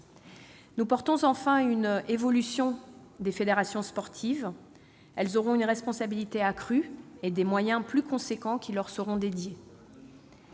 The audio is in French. Nous défendons enfin une évolution des fédérations sportives. Elles auront une responsabilité accrue et des moyens plus importants leur seront dédiés.